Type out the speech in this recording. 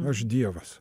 aš dievas